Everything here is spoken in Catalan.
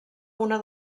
una